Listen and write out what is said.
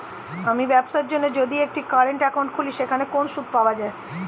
আমি ব্যবসার জন্য যদি একটি কারেন্ট একাউন্ট খুলি সেখানে কোনো সুদ পাওয়া যায়?